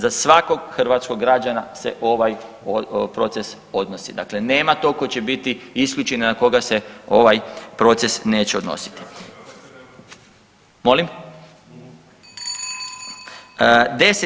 Za svakog hrvatskog građana se ovaj proces odnosi, dakle nema tog koji će biti isključen i na koga se ovaj proces neće odnositi. … [[Upadica iz klupe se ne razumije]] Molim?